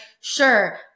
sure